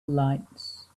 lights